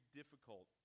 difficult